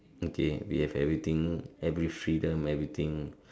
okay we have everything every freedom everything